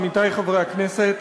עמיתי חברי הכנסת,